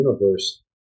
universe